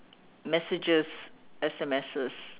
messages S_M_Ses